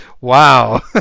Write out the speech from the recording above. Wow